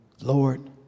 Lord